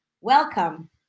welcome